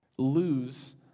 Lose